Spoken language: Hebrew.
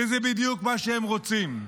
כי זה בדיוק מה שהם רוצים,